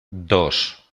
dos